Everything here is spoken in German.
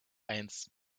eins